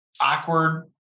awkward